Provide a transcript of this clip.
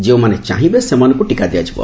ଯେଉଁମାନେ ଚାହିବେ ସେଇମାନଙ୍କୁ ଟିକା ଦିଆଯିବ